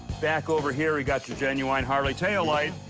back over here, you got your genuine harley taillight.